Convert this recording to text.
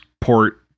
port